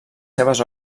seves